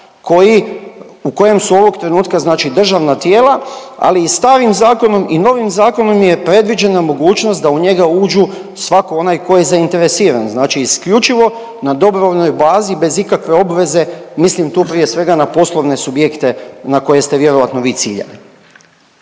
u kojem su ovog trenutka državna tijela, ali i starim zakonom i novim zakonom je predviđena mogućnost da u njega uđu svako onaj ko je zainteresiran, znači isključivo na dobrovoljnoj bazi bez ikakve obveze, mislim tu prije svega na poslovne subjekte na koje ste vjerojatno vi ciljali.